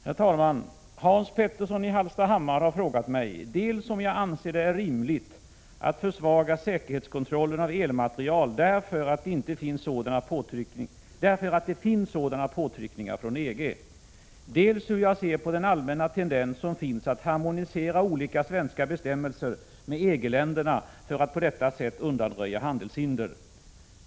Herr talman! Hans Petersson i Hallstahammar har frågat mig dels om jag anser att det är rimligt att försvaga säkerhetskontrollen av elmateriel därför att det finns sådana påtryckningar från EG, dels hur jag ser på den allmänna tendens som finns att harmonisera olika svenska bestämmelser med EG ländernas för att på detta sätt undanröja handelshinder.